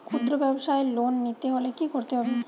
খুদ্রব্যাবসায় লোন নিতে হলে কি করতে হবে?